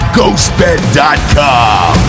Ghostbed.com